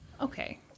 Okay